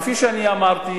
כפי שאני אמרתי,